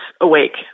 awake